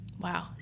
Wow